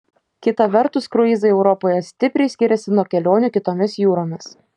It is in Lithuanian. kita vertus kruizai europoje stipriai skiriasi nuo kelionių kitomis jūromis